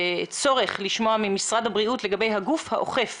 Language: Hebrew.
בצורך לשמוע ממשרד הבריאות לגבי הגוף האוכף